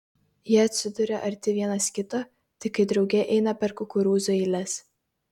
jie atsiduria arti vienas kito tik kai drauge eina per kukurūzų eiles